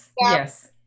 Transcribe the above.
Yes